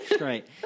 Right